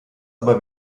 aber